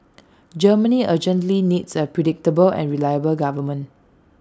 Germany urgently needs A predictable and reliable government